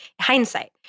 hindsight